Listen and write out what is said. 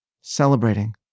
celebrating